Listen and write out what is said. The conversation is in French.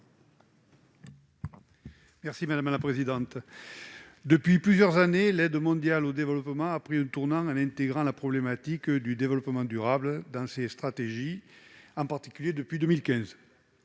est à M. André Guiol. Depuis plusieurs années, l'aide mondiale au développement a pris un tournant, en intégrant la problématique du développement durable dans ses stratégies. C'est en particulier le cas depuis 2015,